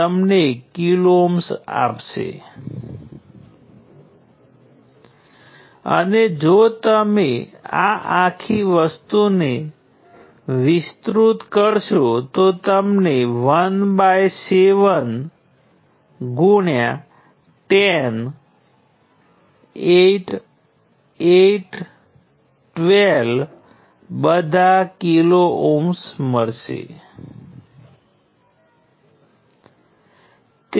ત્યાં નોડ 1 માંથી નોડ 2 સુધી કરંટ વહેતો હોય છે પરંતુ કરંટ પોતે Vx ના સપ્રમાણ હોય છે જે નોડ 3 અને નોડ 4 વચ્ચેનો વોલ્ટેજ છે